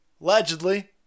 Allegedly